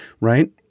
Right